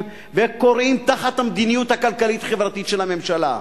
וכורעים תחת המדיניות הכלכלית-חברתית של הממשלה.